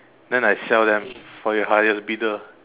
then I sell them for the highest bidder